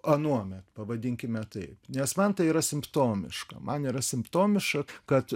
anuomet pavadinkime taip nes man tai yra simptomiška man yra simptomiška kad